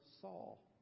Saul